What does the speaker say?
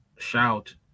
Shout